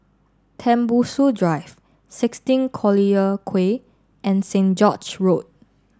Tembusu Drive sixteen Collyer Quay and Saint George's Road